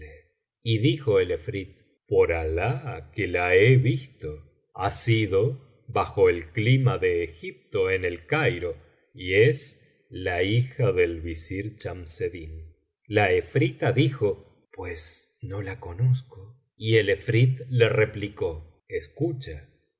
y dijo el efrit por alah que la he visto ha sido bajo el clima de egipto en el cairo y es la hija del visir chamseddin la efrita dijo pues biblioteca valenciana generalitat valenciana historia del visir nübeddin no la conozco y el efrit le replicó escucha